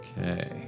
Okay